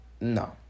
No